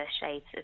shades